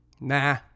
Nah